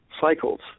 cycles